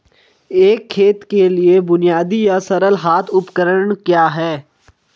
एक खेत के लिए बुनियादी या सरल हाथ उपकरण क्या हैं?